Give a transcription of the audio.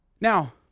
Now